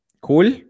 cool